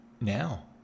now